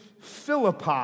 Philippi